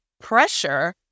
pressure